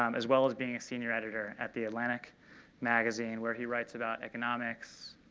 um as well as being a senior editor at the atlantic magazine where he writes about economics,